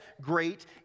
great